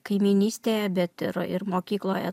kaimynystėje bet ir ir mokykloje